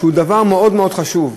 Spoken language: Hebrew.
שהוא מאוד מאוד חשוב,